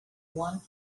one